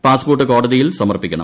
passport കോടതിയിൽ സമർപ്പിക്കണം